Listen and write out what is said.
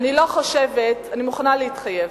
אני מוכנה להתחייב.